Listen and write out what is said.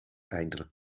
eindelijk